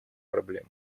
проблем